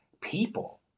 people